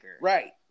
Right